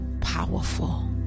powerful